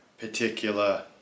particular